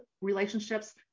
relationships